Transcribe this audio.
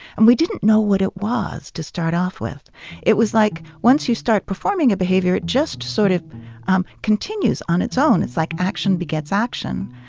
and we didn't know what it was to start off with it was like once you start performing a behavior, it just sort of um continues on its own. it's like action begets action.